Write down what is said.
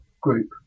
group